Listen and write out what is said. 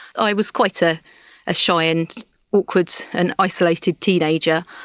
i was quite a ah shy and awkward and isolated teenager,